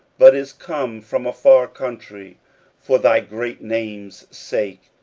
but is come from a far country for thy great name's sake,